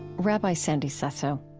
rabbi sandy sasso